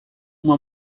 uma